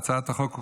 להצעת החוק הוגשו,